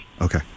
Okay